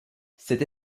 cette